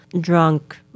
drunk